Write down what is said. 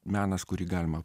menas kurį galima